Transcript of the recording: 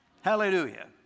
Hallelujah